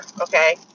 okay